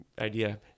idea